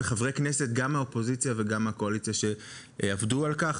וחברי כנסת גם מהאופוזיציה וגם מהקואליציה שעבדו על כך.